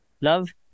Love